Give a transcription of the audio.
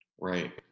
Right